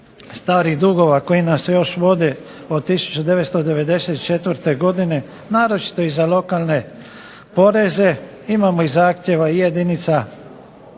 starih dugova koji nam se još vode od 1994. godine naročito za lokalne poreze, imamo i zahtjeve i jedinica